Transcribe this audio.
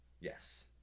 Yes